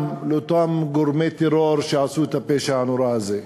לאותם גורמי טרור שעשו את הפשע הנורא הזה.